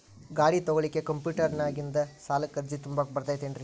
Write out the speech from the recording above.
ಗಾಡಿ ತೊಗೋಳಿಕ್ಕೆ ಕಂಪ್ಯೂಟೆರ್ನ್ಯಾಗಿಂದ ಸಾಲಕ್ಕ್ ಅರ್ಜಿ ತುಂಬಾಕ ಬರತೈತೇನ್ರೇ?